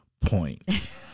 point